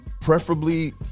preferably